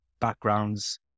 backgrounds